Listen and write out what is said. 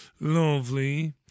Lovely